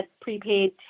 prepaid